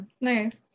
Nice